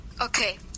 Okay